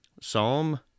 Psalm